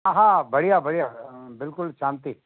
हा हा बढ़िया बढ़िया बिल्कुलु शांती